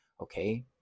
Okay